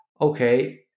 okay